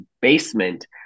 basement